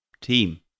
team